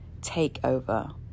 takeover